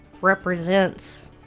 represents